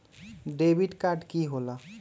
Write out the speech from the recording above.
Debit card की होला?